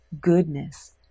goodness